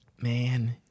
man